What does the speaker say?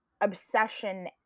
obsession